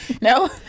No